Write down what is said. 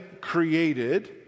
created